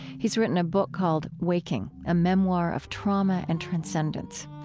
he's written a book called waking a memoir of trauma and transcendence.